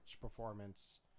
performance